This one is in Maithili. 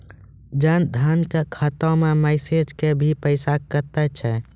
जन धन के खाता मैं मैसेज के भी पैसा कतो छ?